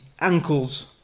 ankles